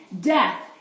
death